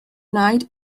night